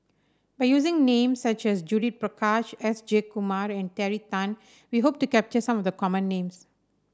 by using names such as Judith Prakash S Jayakumar and Terry Tan we hope to capture some of the common names